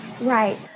Right